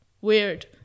weird